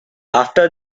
after